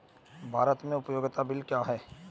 भारत में उपयोगिता बिल क्या हैं?